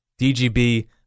DGB